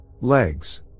legs